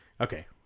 Okay